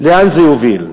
לאן זה יוביל,